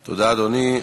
תודה, אדוני.